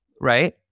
right